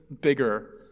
bigger